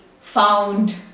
found